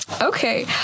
Okay